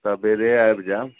सबेरे आबि जाएब